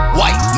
White